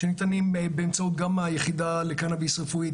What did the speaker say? שניתנים באמצעות היחידה לקנביס רפואית,